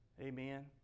Amen